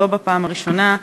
לא בפעם הראשונה